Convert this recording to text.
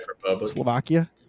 Slovakia